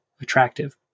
attractive